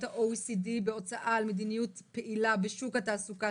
ה-OECD בהוצאה על מדיניות פעילה בשוק התעסוקה.